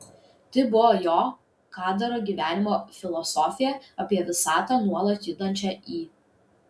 tai buvo jo kadaro gyvenimo filosofija apie visatą nuolat judančią į